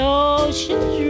ocean's